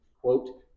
quote